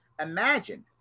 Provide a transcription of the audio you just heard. imagine